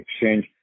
Exchange